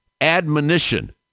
admonition